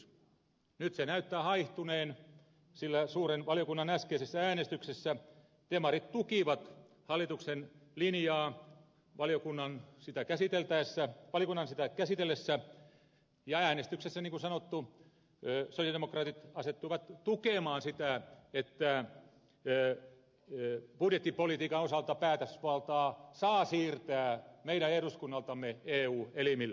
nyt se näyttää haihtuneen sillä suuren valiokunnan äskeisessä äänestyksessä demarit tukivat hallituksen linjaa valiokunnan sitä käsitellessä ja äänestyksessä niin kuin sanottu sosialidemokraatit asettuivat tukemaan sitä että budjettipolitiikan osalta päätösvaltaa saa siirtää meidän eduskunnaltamme eu elimille